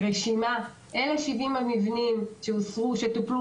לתת רשימה של 70 המבנים שטופלו